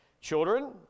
Children